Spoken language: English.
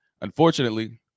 unfortunately